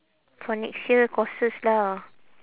for next year courses lah